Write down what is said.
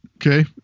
Okay